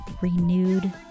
renewed